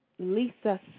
Lisa